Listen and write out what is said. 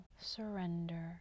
surrender